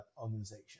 organization